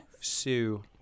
Sue